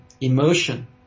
emotion